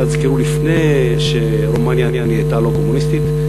זה לפני שרומניה נהייתה לא קומוניסטית,